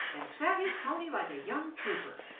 and sat his pony like a young trooper!